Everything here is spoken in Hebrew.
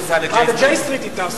ל-J Street היא טסה.